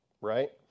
right